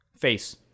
Face